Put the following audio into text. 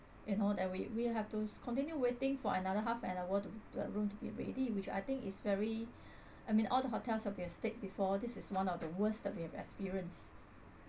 you know that we we have to continue waiting for another half an hour to to the room to be ready which I think is very I mean all the hotels that we have stayed before this is one of the worst that we have experienced